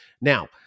Now